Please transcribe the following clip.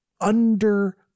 under-